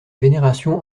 vénération